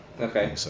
Okay